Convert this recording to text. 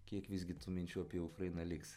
kiek visgi tų minčių apie ukrainą liks